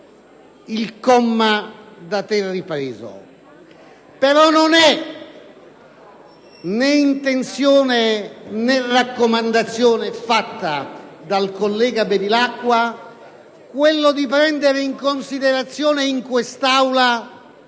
il comma da lei ripreso,